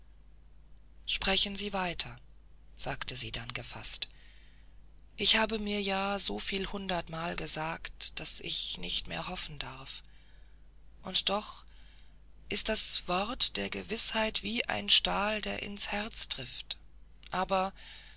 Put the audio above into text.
sprechen sie weiter sagte sie dann gefaßt ich habe mir ja soviel hundertmal gesagt daß ich nicht mehr hoffen darf und doch ist das wort der gewißheit wie ein stahl der ins herz trifft aber